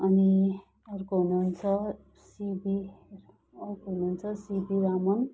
अनि अर्को हुनुहुन्छ सिभी अर्को हुनुहुन्छ सिभी रमन